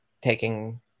taking